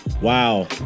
Wow